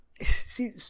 See